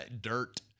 dirt